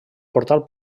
portal